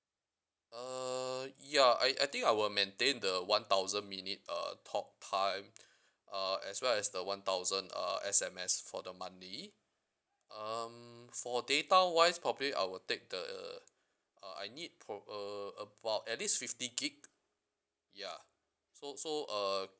uh ya I I think I will maintain the one thousand minute uh talk time uh as well as the one thousand uh S_M_S for the monthly um for data wise probably I will take the uh uh I need prob~ uh about at least fifty gigabyte ya so so uh